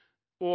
er